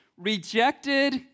rejected